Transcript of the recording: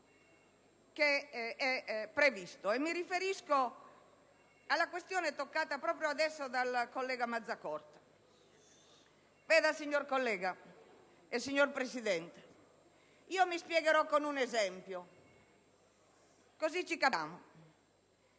previsto: mi riferisco alla questione toccata proprio adesso dal collega Mazzatorta. Onorevole collega, signor Presidente, mi spiegherò con un esempio, così ci capiremo